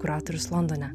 kuratorius londone